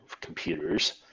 computers